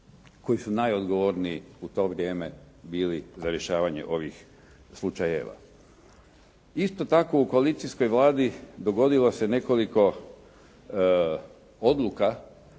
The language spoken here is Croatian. koji su najodgovorniji u to vrijeme bili za rješavanje ovih slučajeva. Isto tako u koalicijskoj Vladi dogodilo se nekoliko odluka